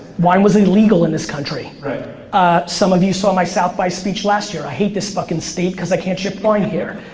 wine was illegal in this country. ah some of you saw my south-by speech last year. i hate this fucking state because i can't ship wine here.